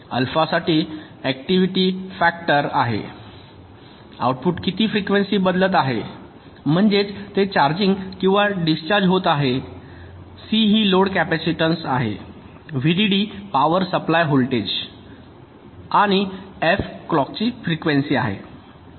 अल्फासाठी activity factor आहे output किती frequency बदलत आहे म्हणजेच ते चार्जिंग किंवा डिस्चार्ज होत आहे सी ही लोड कॅपेसिटन्स आहे व्हीडीडी पॉवर सप्लाय व्होल्टेज आहे आणि एफ क्लॉकची फ्रिकवेंसी आहे